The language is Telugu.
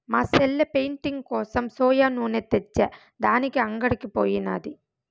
మా సెల్లె పెయింటింగ్ కోసం సోయా నూనె తెచ్చే దానికి అంగడికి పోయినాది